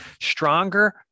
Stronger